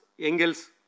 Engels